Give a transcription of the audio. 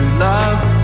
love